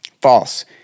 False